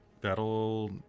that'll